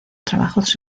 trabajos